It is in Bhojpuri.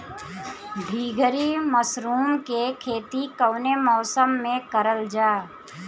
ढीघरी मशरूम के खेती कवने मौसम में करल जा?